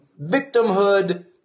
victimhood